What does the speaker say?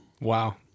wow